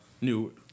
New